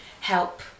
Help